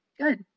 Good